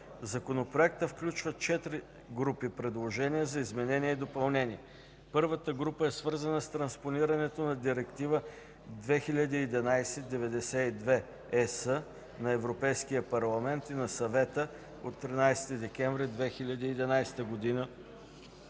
Законопроектът включва четири групи предложения за изменения и допълнения. Първата група е свързана с транспонирането на Директива 2011/92/ЕС на Европейския парламент и на Съвета от 13 декември 2011 г.